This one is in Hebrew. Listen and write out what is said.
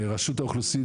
ורשות האוכלוסין,